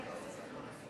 עשר דקות לרשותך.